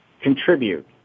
contribute